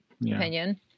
opinion